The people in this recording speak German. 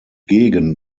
gegen